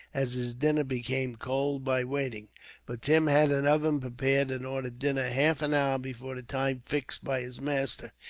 as his dinner became cold by waiting but tim had an oven prepared, and ordered dinner half an hour before the time fixed by his master.